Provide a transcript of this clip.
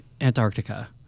Antarctica